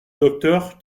docteur